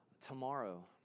tomorrow